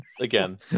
again